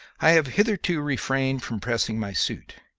i have hitherto refrained from pressing my suit.